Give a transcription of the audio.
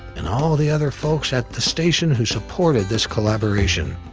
and all the other folks at the station who supported this collaboration.